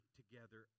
together